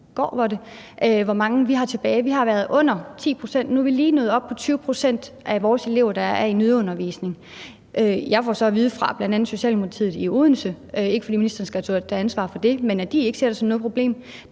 hvor mange vi har tilbage. Vi har været under 10 pct., og nu er vi lige nået op på, at det er 20 pct. af vores elever, der er i nødundervisning. Jeg får så at vide fra bl.a. Socialdemokratiet i Odense – og det er ikke, fordi ministeren skal stå til ansvar for det – at de ikke ser det som noget problem.